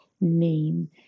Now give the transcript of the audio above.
name